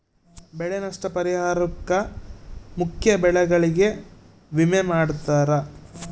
ಬೆಳೆ ನಷ್ಟ ಪರಿಹಾರುಕ್ಕ ಮುಖ್ಯ ಬೆಳೆಗಳಿಗೆ ವಿಮೆ ಮಾಡ್ತಾರ